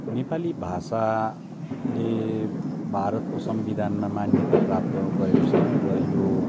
नेपाली भाषाले भारतको संविधानमा मान्यता प्राप्त गरेको छ र यो